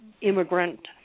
immigrant